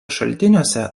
šaltiniuose